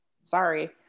sorry